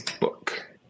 book